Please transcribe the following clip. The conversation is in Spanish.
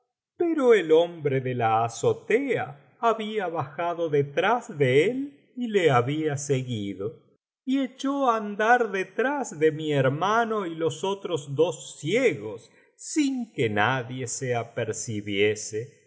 pero el hombre de la azotea había bajado detrás de él y le había seguido y echó á andar detrás de mi hermano y los otros dos ciegos sin que nadie se apercibiese y